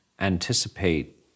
anticipate